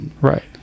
Right